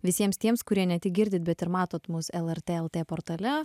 visiems tiems kurie ne tik girdit bet ir matot mus lrt lt portale